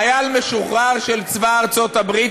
חייל משוחרר מצבא ארצות הברית,